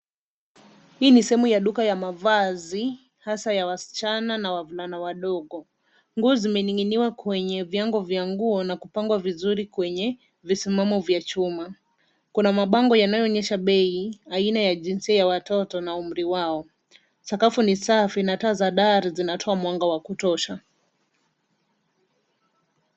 Hii ni sehemu ya duka ya mavazi hasa wasichana na wavulana wadogo, nguo zimening'inwa kwenye vyango vya nguo na kupangwa vizuri kwenye visimamo vya chuma kuna mabango yanayo onyesha bei, aina ya jisia ya watoto na umri sakafu ni safi na taa za dari zinatoa mwanga wa kutosha.